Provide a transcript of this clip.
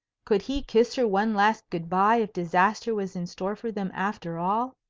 could he kiss her one last good-by if disaster was in store for them after all?